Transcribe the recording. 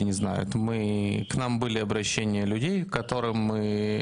נכון להיום בבוקר חילקנו ל-4,644 אנשים